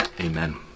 Amen